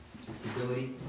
Stability